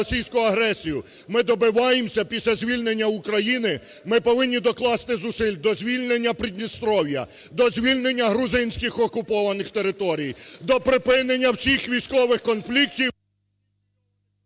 Ми добиваємося, після звільнення України, ми повинні докласти зусиль до звільнення Придністров'я, до звільнення грузинських окупованих територій, до припинення всіх військових конфліктів…